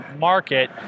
market